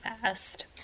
fast